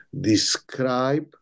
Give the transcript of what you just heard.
describe